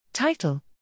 Title